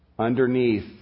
Underneath